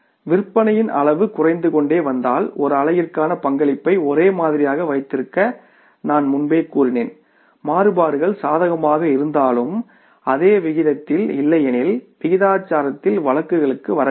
விற்பனையின் அளவு குறைந்து கொண்டே வந்தால் ஒரு அலகிற்கான பங்களிப்பை ஒரே மாதிரியாக வைத்திருக்க நான் முன்பே கூறினேன் மாறுபாடுகள் சாதகமாக இருந்தாலும் அதே விகிதத்தில் இல்லை எனில் விகிதாச்சாரத்தில் வழக்குகளுக்கு வர வேண்டும்